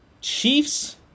chiefs